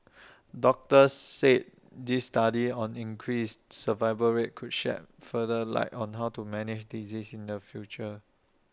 doctors said this study on increased survival rate could shed further light on how to manage the disease in future